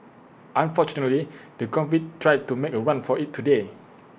unfortunately the convict tried to make A run for IT today